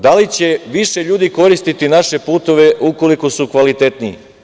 Da li će više ljudi koristiti naše puteve ukoliko su kvalitetniji?